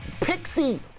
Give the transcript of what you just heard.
Pixie